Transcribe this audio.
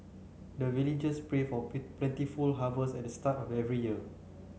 the villagers pray for plentiful harvest at the start of every year